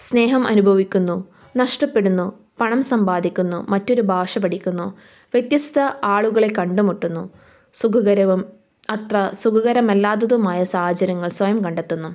സ്നേഹം അനുഭവിക്കുന്നു നഷ്ടപ്പെടുന്നു പണം സമ്പാദിക്കുന്നു മറ്റൊരു ഭാഷ പഠിക്കുന്നു വ്യത്യസ്ത ആളുകളെ കണ്ടുമുട്ടുന്നു സുഖകരവും അത്ര സുഖകരമല്ലാത്തതുമായ സാഹചര്യങ്ങൾ സ്വയം കണ്ടെത്തുന്നു